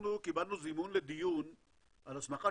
אנחנו קיבלנו זימון לדיון על הסמכת